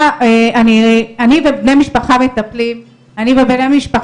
אני ובני משפחה מטפלים התאגדנו,